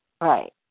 Right